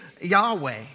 Yahweh